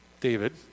David